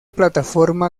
plataforma